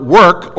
work